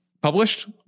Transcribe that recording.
Published